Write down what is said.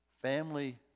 family